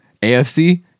AFC